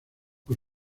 por